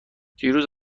دیروز